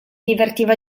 divertiva